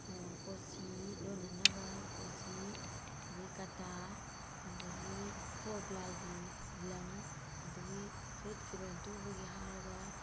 ꯀꯣꯆꯤ ꯂꯣꯟꯅꯅꯕ ꯀꯣꯆꯤ ꯑꯗꯒꯤ ꯀꯇꯥ ꯑꯗꯒꯤ ꯐꯣꯔ ꯄ꯭ꯂꯥꯏꯒꯤ ꯂꯪ ꯑꯗꯒꯤ ꯐꯨꯔꯤꯠ ꯐꯤꯔꯣꯟ ꯇꯨꯕꯒꯤ ꯍꯥꯏꯔꯒ